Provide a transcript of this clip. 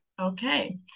Okay